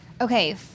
Okay